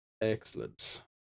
Excellent